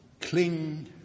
cling